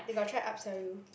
they got try up sell you